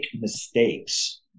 mistakes